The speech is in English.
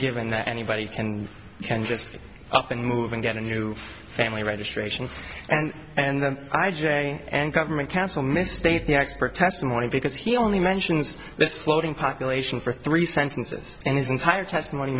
given that anybody can you can just up and move and get a new family registration and and then i j and government cancel misstate the expert testimony because he only mentions this floating pack relation for three sentences and his entire testimony